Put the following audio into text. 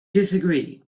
disagree